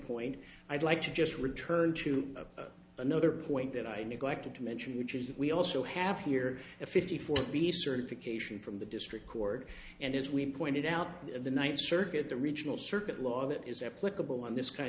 point i'd like to just return to another point that i neglected to mention which is that we also have here a fifty four b certification from the district court and as we pointed out the ninth circuit the regional circuit law that is applicable in this kind